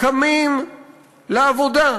קמים לעבודה,